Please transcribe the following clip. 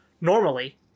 normally